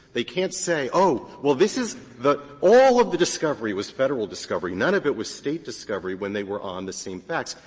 they can't say oh, well this is the all of the discovery was federal discovery, none of it was state discovery, when they were on the same facts.